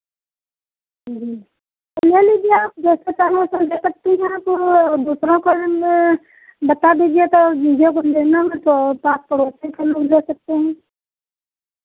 जी तो ले लीजिए आप जैसा चाहें वैसा ले सकती हैं आप वो दूसरों को भी बता दीजिए तो जो लेना हो तो पास पड़ोस से सकते हैं